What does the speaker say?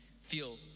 feel